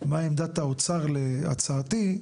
מה עמדת האוצר להצעתי,